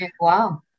wow